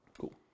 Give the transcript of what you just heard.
Cool